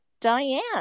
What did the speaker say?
Diane